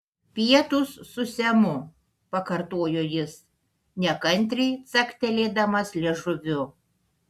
pietūs su semu pakartojo jis nekantriai caktelėdamas liežuviu